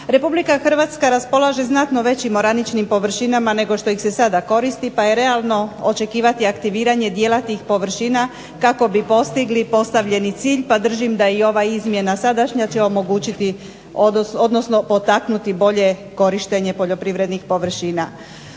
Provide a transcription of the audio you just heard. Republika Hrvatska raspolaže znatno većim oraničkim površinama nego što ih se sada koristi pa je realno očekivati aktiviranje djelatnih površina kako bi postigli postavljeni cilj pa držim da i ova izmjena sadašnja će omogućiti ,odnosno potaknuti bolje korištenje poljoprivrednih površina.